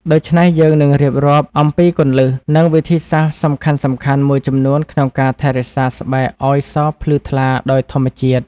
ដូច្នេះយើងនឹងរៀបរាប់ អំពីគន្លឹះ និងវិធីសាស្រ្តសំខាន់ៗមួយចំនួនក្នុងការថែរក្សាស្បែកឲ្យសភ្លឺថ្លាដោយធម្មជាតិ។